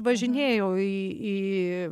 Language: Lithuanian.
važinėjau į į